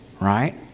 right